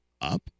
up